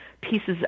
pieces